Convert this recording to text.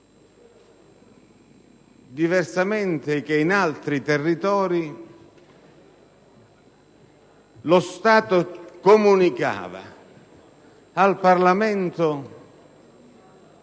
Diversamente che in altri territori, lo Stato comunicava al Parlamento